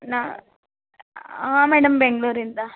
ನಾನು ಆಂ ಮೇಡಮ್ ಬೆಂಗಳೂರಿಂದ